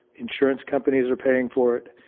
insurance companies are paying for it.